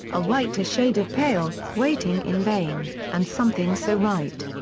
a whiter shade of pale, waiting in vain and something so right.